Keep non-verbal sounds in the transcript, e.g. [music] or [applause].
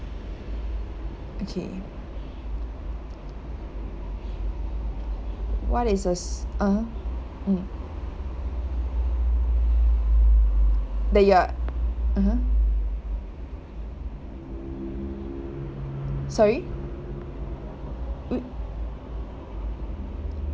okay what is the s~ (uh huh) mm they're mmhmm sorry [noise]